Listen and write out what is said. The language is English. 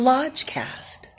LodgeCast